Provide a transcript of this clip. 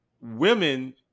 women